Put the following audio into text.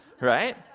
right